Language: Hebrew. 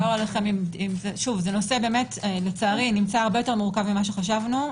זה נושא הרבה יותר מורכב ממה שחשבנו.